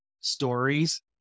stories